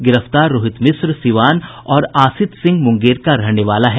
गिरफ्तार रोहित मिश्र सिवान और आसित सिंह मुंगेर का रहने वाला है